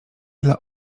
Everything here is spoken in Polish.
dla